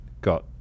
got